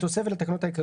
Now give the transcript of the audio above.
התש"ף-2020 (להלן,